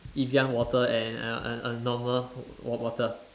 Evian water and and a normal water bottle